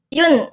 yun